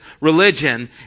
religion